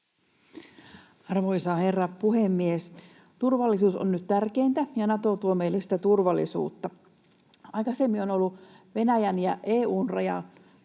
Arvoisa herra puhemies! Turvallisuus on nyt tärkeintä, ja Nato tuo meille sitä turvallisuutta. Aikaisemmin on ollut Venäjän ja EU:n raja,